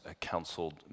counseled